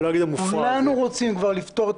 אני לא אגיד "המופרע" הזה --- כולנו רוצים כבר לפתור את